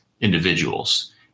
individuals